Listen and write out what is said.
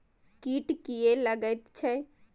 कीट किये लगैत छै?